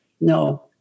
No